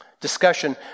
discussion